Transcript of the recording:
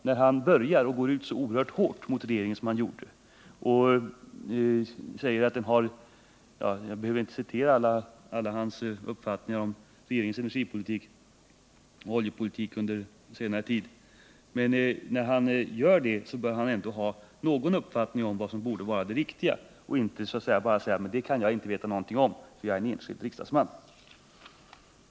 När Carl Lidbom börjar med att gå ut så hårt mot regeringen som han har gjort — jag behöver inte citera alla hans uppfattningar om regeringens energipolitik och oljepolitik under senare tid — bör han ändå ha någon uppfattning om vad som borde vara det riktiga och inte bara säga att ”det kan jag inte veta något om för jag är en enskild riksdagsman”. att trygga tillgången på olja